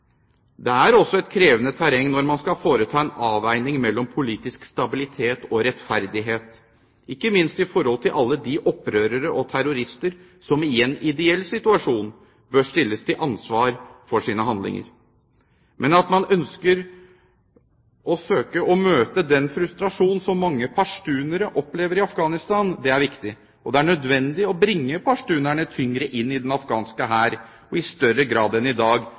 Det er også et krevende terreng når man skal foreta en avveining mellom politisk stabilitet og rettferdighet, ikke minst i forhold til alle de opprørere og terrorister som i en ideell situasjon bør stilles til ansvar for sine handlinger. Men at man ønsker å søke å møte den frustrasjon som mange pashtunere opplever i Afghanistan, er viktig. Det er nødvendig å bringe pashtunerne tyngre inn i den afghanske hær, og i større grad enn i dag